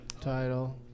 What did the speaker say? title